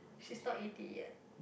she's not eighty yet